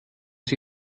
sie